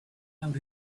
out